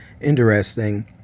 Interesting